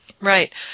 Right